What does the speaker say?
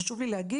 חשוב לי להגיד.